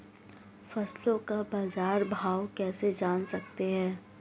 फसलों का बाज़ार भाव कैसे जान सकते हैं?